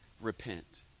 Repent